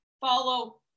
follow